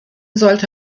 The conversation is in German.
sollte